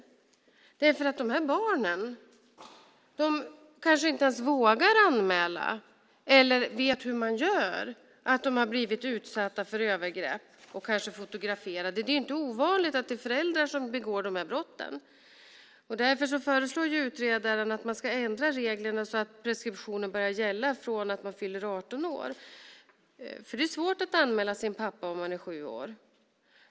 De här barnen kanske inte ens vågar eller vet hur de ska anmäla att de har blivit utsatta för övergrepp och kanske fotograferade. Det är inte ovanligt att det är föräldrar som begår de här brotten. Därför föreslår utredaren att reglerna ska ändras så att preskriptionen börjar gälla från det år man fyller 18 år. Det är svårt att anmäla sin pappa om man är sju år.